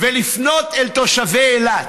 ולפנות אל תושבי אילת: